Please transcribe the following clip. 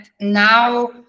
now